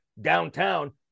downtown